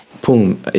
boom